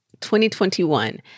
2021